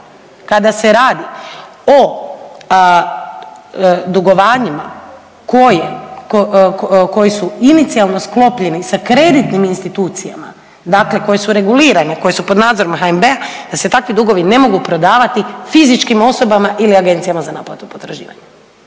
kada se radi o dugovanjima koji su inicijalno sklopljeni sa kreditnim institucijama dakle koje su regulirane, koje su pod nadzorima HNB-a da se takvi dugovi ne mogu prodavati fizičkim osobama ili agencijama za naplatu potraživanja